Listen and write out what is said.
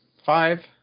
Five